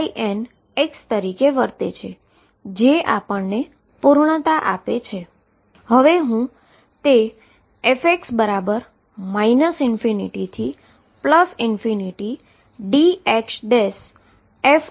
તરીકે વર્તે છે અને તે જ આપણને પૂર્ણતા આપે છે